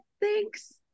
Thanks